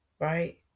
right